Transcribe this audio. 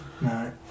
No